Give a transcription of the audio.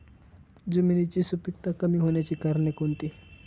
जमिनीची सुपिकता कमी होण्याची कारणे कोणती?